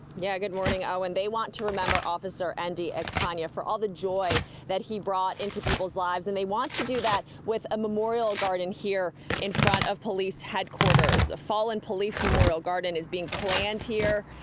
yeah, good morning, owen. they want to remember officer endy ekpanya for all of the joy that he brought into people's lives and they want to do that with a memorial garden here in front of police headquarters. a fallen police memorial garden is being planned here.